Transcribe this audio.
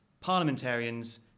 parliamentarians